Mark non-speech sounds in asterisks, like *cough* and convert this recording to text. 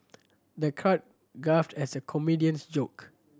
the crowd guffawed *unintelligible* the comedian's joke